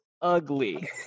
ugly